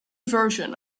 version